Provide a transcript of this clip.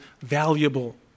valuable